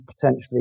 potentially